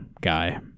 guy